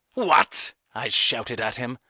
what! i shouted at him.